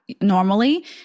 normally